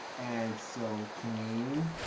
and so clean.